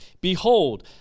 Behold